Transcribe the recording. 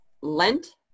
Lent